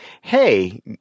Hey